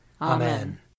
Amen